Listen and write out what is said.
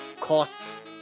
costs